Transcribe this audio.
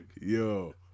yo